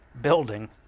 building